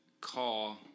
call